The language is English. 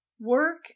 Work